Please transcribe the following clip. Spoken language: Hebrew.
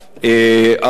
האוכלוסייה,